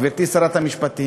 גברתי שרת המשפטים,